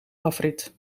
afrit